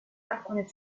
alcune